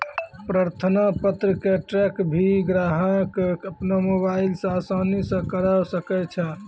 प्रार्थना पत्र क ट्रैक भी ग्राहक अपनो मोबाइल स आसानी स करअ सकै छै